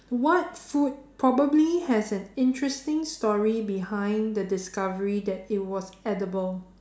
what food probably has an interesting story behind the discovery that it was edible